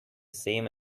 same